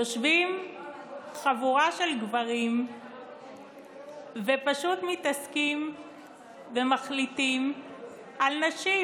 יושבים חבורה של גברים ופשוט מתעסקים ומחליטים על נשים,